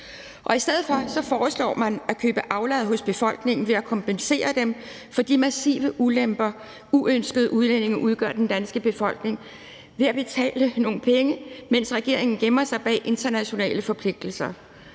I stedet for foreslår man at købe aflad hos befolkningen ved at kompensere dem for de massive ulemper, uønskede udlændinge udgør for den danske befolkning, ved at betale nogle penge, mens regeringen gemmer sig bag internationale forpligtelser